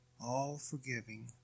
all-forgiving